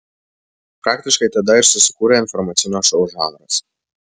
praktiškai tada ir susikūrė informacinio šou žanras